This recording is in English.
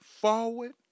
forward